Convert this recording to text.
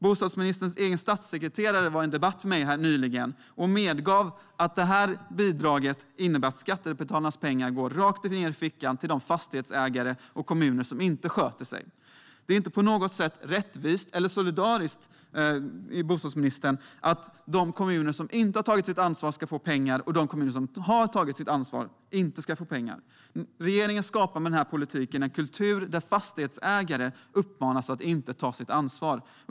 Bostadsministerns egen statssekreterare medgav i en debatt med mig nyligen att detta bidrag innebär att skattebetalarnas pengar går rakt ned i fickan på de fastighetsägare och kommuner som inte sköter sig. Det är inte på något sätt rättvist eller solidariskt, bostadsministern, att de kommuner som inte har tagit sitt ansvar ska få pengar och att de kommuner som har tagit sitt ansvar inte ska få det. Regeringen skapar med denna politik en kultur där fastighetsägare uppmanas att inte ta sitt ansvar.